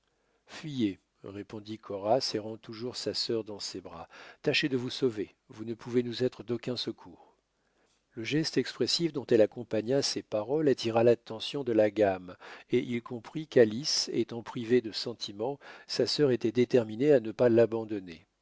fuyez répondit cora serrant toujours sa sœur dans ses bras tâchez de vous sauver vous ne pouvez nous être d'aucun secours le geste expressif dont elle accompagna ces paroles attira l'attention de la gamme et il comprit qu'alice étant privée de sentiment sa sœur était déterminée à ne pas l'abandonner